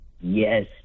Yes